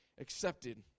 accepted